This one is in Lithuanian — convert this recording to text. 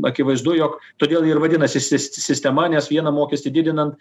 akivaizdu jog todėl ji ir vadinasi sis sistema nes vieną mokestį didinant